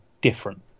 different